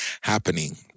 happening